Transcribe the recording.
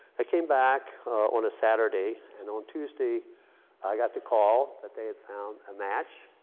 i came back on a saturday, and on tuesday i got the call that they had found a match.